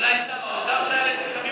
אולי שר האוצר שהיה לצדך?